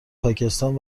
پاکستان